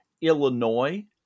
Illinois